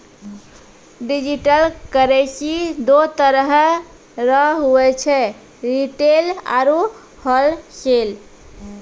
digital currency दो तरह रो हुवै छै रिटेल आरू होलसेल